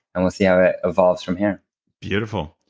and we'll see how it evolves from here beautiful.